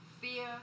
fear